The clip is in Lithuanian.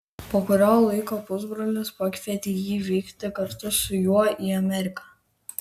po kurio laiko pusbrolis pakvietė jį vykti kartu su juo į ameriką